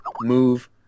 move